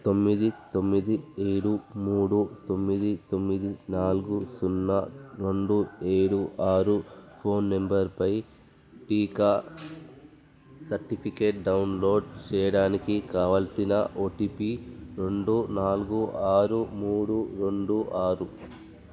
తొమ్మిది తొమ్మిది ఏడు మూడు తొమ్మిది తొమ్మిది నాలుగు సున్నా రెండు ఏడు ఆరు ఫోన్ నంబర్పై టీకా సర్టిఫికేట్ డౌన్లోడ్ చేయడానికి కావలసిన ఓటిపి రెండు నాలుగు ఆరు మూడు రెండు ఆరు